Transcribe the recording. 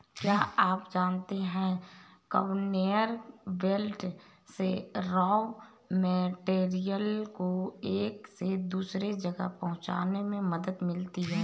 क्या आप जानते है कन्वेयर बेल्ट से रॉ मैटेरियल्स को एक से दूसरे जगह पहुंचने में मदद मिलती है?